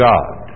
God